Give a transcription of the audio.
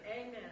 Amen